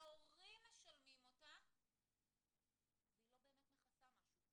ההורים משלמים אותה והיא לא באמת מכסה משהו,